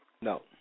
No